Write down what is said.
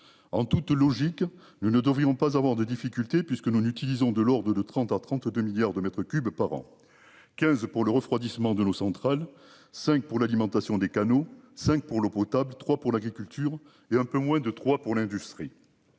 en toute logique, nous ne devrions pas avoir de difficultés puisque nous n'utilisons de l'ordre de 30 à 32 milliards de mètres cubes par an, 15 pour le refroidissement de l'eau centrales cinq pour l'alimentation des canaux cinq pour l'eau potable trois pour l'agriculture et un peu moins de trois pour l'industrie.